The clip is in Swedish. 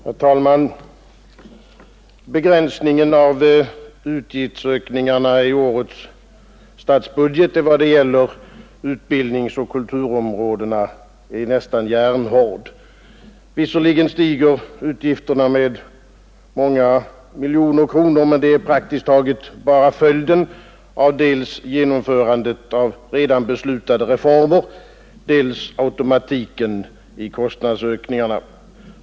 Herr talman! Begränsningen av utgiftsökningarna i årets statsbudget i vad det gäller utbildningsoch kulturområdena är nästan järnhård. Visserligen stiger utgifterna med många miljoner kronor, men det är praktiskt taget bara följden av dels genomförandet av redan beslutade reformer, dels automatiken i kostnadsökningarna.